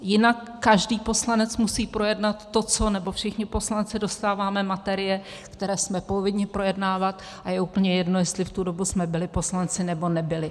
Jinak, každý poslanec musí projednat to, co nebo všichni poslanci dostáváme materie, které jsme povinni projednávat, a je úplně jedno, jestli v tu dobu jsme byli poslanci, nebo nebyli.